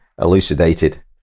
elucidated